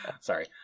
Sorry